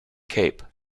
cape